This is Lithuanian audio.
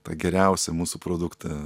tą geriausią mūsų produktą